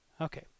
Okay